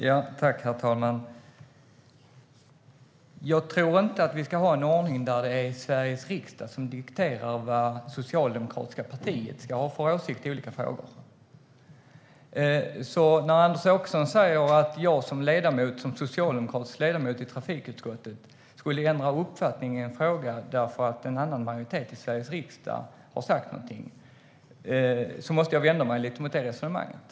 Herr talman! Jag tror inte att vi ska ha en ordning där det är Sveriges riksdag som dikterar vad socialdemokratiska partiet ska ha för åsikt i olika frågor. När Anders Åkesson säger att jag som socialdemokratisk ledamot i trafikutskottet skulle ändra uppfattning i en fråga därför att en annan majoritet i Sveriges riksdag har sagt någonting måste jag vända mig lite mot det resonemanget.